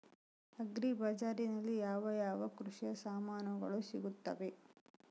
Agri ಬಜಾರಿನಲ್ಲಿ ಯಾವ ಯಾವ ಕೃಷಿಯ ಸಾಮಾನುಗಳು ಸಿಗುತ್ತವೆ?